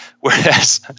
Whereas